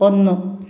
ഒന്ന്